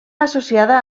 associada